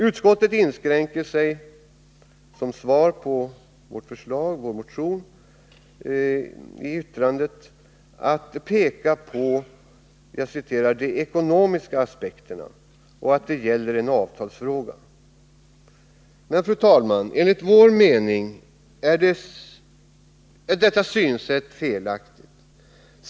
Utskottet inskränker sig i sitt yttrande över vår motion till att peka på de ”ekonomiska aspekterna” och anser att det gäller en avtalsfråga. Men, fru talman, enligt vår mening är detta synsätt felaktigt.